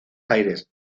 aires